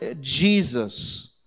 Jesus